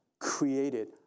created